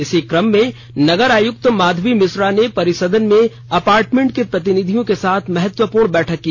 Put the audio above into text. इसी क्रम में नगर आयक्त माधवी मिश्रा ने परिसदन में अपार्टमेंट के प्रतिनिधियों के साथ महत्वपूर्ण बैठक की